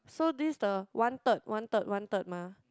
so this is the one third one third one third mah